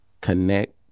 connect